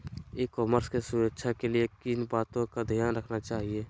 ई commerce की सुरक्षा के लिए किन बातों का ध्यान रखना चाहिए?